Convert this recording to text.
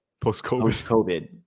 post-covid